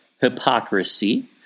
hypocrisy